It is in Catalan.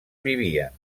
vivien